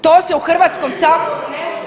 To se u Hrvatskom saboru